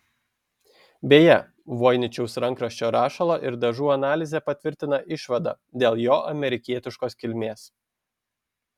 beje voiničiaus rankraščio rašalo ir dažų analizė patvirtina išvadą dėl jo amerikietiškos kilmės